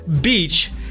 Beach